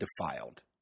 defiled